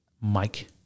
Mike